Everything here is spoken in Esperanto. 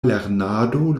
lernado